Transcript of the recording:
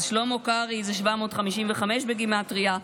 אז "שלמה קרעי" זה 755 בגימטרייה,